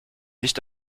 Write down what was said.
nicht